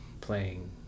playing